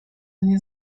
nie